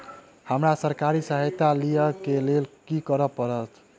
हमरा सरकारी सहायता लई केँ लेल की करऽ पड़त?